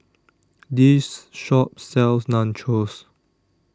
This Shop sells Nachos